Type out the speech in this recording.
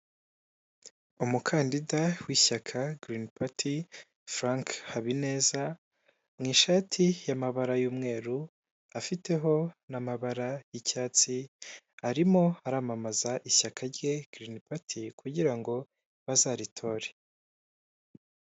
Umukandida w'ishyaka girini pati, Frank Habineza, mu ishati y'amabara y'umweru, afiteho n'amabara y'icyatsi, arimo aramamaza ishyaka rye girini pati, kugira ngo bazaritore.